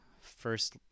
first